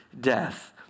death